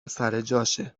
سرجاشه